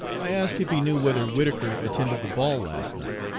i asked if he knew whether whittaker attended the ball last night.